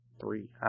Three